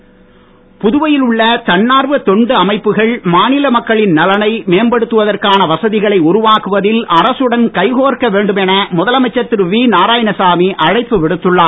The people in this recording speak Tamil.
நாராயணசாமி புதுவையில் உள்ள தன்னார்வ தொண்டு அமைப்புகள் மாநில மக்களின் நலனை மேம்படுத்துவதற்கான வசதிகளை உருவாக்குவதில் அரசுடன் கைகோர்க்க வேண்டும் என முதலமைச்சர் திரு வி நாராயணசாமி அழைப்பு விடுத்துள்ளார்